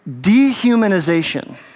Dehumanization